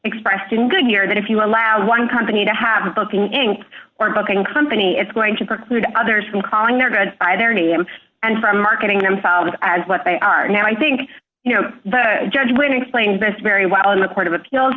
expressed in good here that if you allow one company to have a booking inc or booking company it's going to preclude others from calling their good by their name and from marketing themselves as what they are now i think the judge when explained this very well in the court of appeals